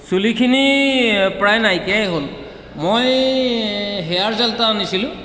চুলিখিনি প্ৰায় নাইকিয়াই হ'ল মই হেয়াৰ জেল এটা আনিছিলোঁ